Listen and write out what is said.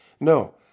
No